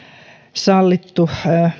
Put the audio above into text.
sallittu